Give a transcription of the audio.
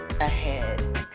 ahead